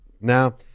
Now